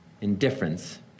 indifference